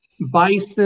bison